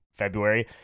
February